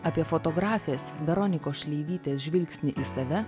apie fotografės veronikos šleivytės žvilgsnį į save